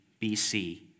BC